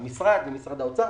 המשרד ועל ידי משרד האוצר.